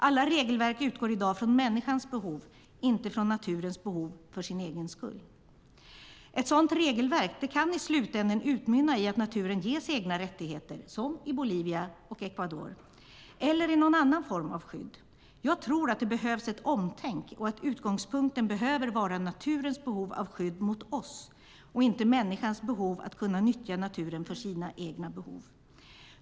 Alla regelverk utgår i dag från människans behov, inte från naturens behov för sin egen skull. Ett sådant regelverk kan i slutänden utmynna i att naturen ges egna rättigheter, som i Bolivia och Ecuador, eller i någon annan form av skydd. Jag tror att det behövs ett omtänk och att utgångspunkten behöver vara naturens behov av skydd mot oss och inte människans behov att kunna nyttja naturen för sina egna behov.